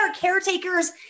caretakers